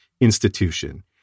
institution